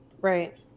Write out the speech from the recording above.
Right